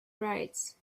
rights